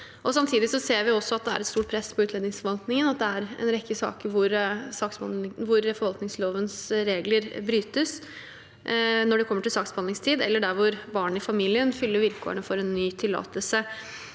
Samtidig ser vi at det er et stort press på utlendingsforvaltningen, og at det er en rekke saker hvor forvaltningslovens regler brytes når det gjelder saksbehandlingstid, eller der barn i familien fyller vilkårene for en ny tillatelse.